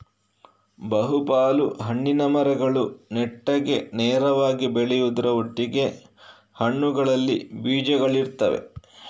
ಬಹು ಪಾಲು ಹಣ್ಣಿನ ಮರಗಳು ನೆಟ್ಟಗೆ ನೇರವಾಗಿ ಬೆಳೆಯುದ್ರ ಒಟ್ಟಿಗೆ ಹಣ್ಣುಗಳಲ್ಲಿ ಬೀಜಗಳಿರ್ತವೆ